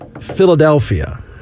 Philadelphia